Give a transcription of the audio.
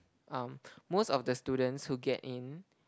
um most of the students who get in